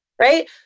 right